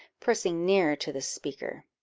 pressing nearer to the speaker.